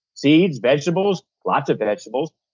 seeds, vegetables, lots of vegetables,